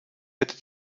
hätte